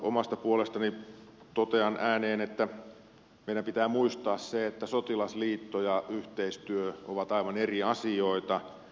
omasta puolestani totean ääneen että meidän pitää muistaa se että sotilasliitto ja yhteistyö ovat aivan eri asioita